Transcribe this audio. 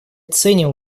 ценим